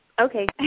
okay